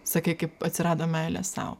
sakei kaip atsirado meilė sau